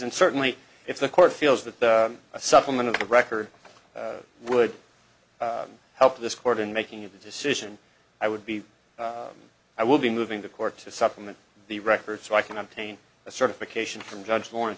and certainly if the court feels that a supplement of the record would help this court in making a decision i would be i will be moving the court to supplement the record so i can obtain a certification from judge lauren